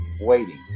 waiting